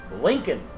Lincoln